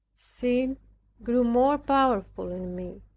sin grew more powerful in me.